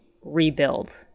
rebuild